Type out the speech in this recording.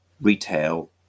retail